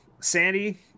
Sandy